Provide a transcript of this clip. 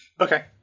Okay